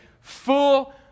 full